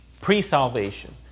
pre-salvation